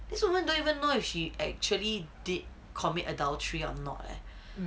this woman don't even know if she actually did commit adultery or not leh